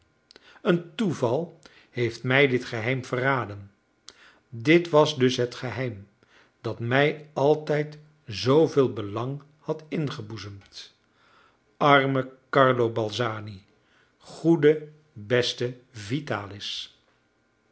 een toeval heeft mij dit geheim verraden dit was dus het geheim dat mij altijd zooveel belang had ingeboezemd arme carlo balzani goede beste vitalis